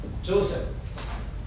Joseph